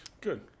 Good